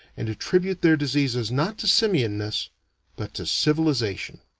and attribute their diseases not to simian-ness but to civilization.